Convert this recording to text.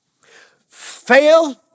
fail